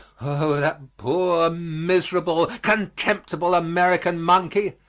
oh, the poor miserable, contemptible american monkey!